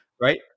Right